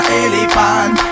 elephant